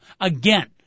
again